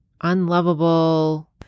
unlovable